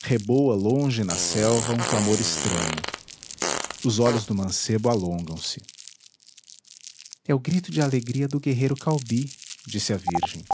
reboa longe na selva um clamor estranho o olhos do mancebo alongam se é o grito de alegria do guerreiro caubi disse a virgem